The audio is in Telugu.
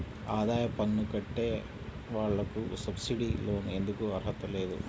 ఆదాయ పన్ను కట్టే వాళ్లకు సబ్సిడీ లోన్ ఎందుకు అర్హత లేదు?